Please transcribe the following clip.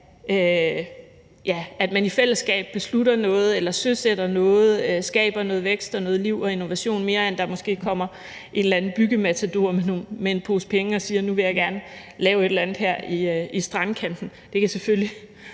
at man i fællesskab beslutter noget, søsætter noget, skaber noget vækst, noget liv og innovation, mere end det handler om, at der måske kommer en eller anden byggematador med en pose penge og siger: Nu vil jeg gerne lave et eller andet her i strandkanten. Det kan selvfølgelig